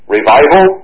Revival